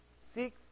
Seek